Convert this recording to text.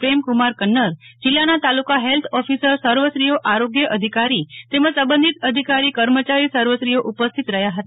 પ્રેમકુમાર કન્નર જિલ્લાના તાલુકા health officer સર્વશ્રીઓ આરોગ્ય અધિકારી તેમજ સબંધિત અધિકારીકર્મચારી સર્વશ્રીઓ ઉપસ્થિત રહ્યા ફતા